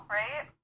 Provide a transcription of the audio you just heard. right